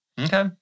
Okay